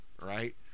right